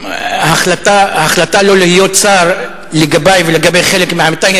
ההחלטה לא להיות שר לגבי ולגבי חלק מעמיתי היא